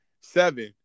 Seven